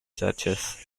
churches